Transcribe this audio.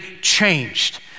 changed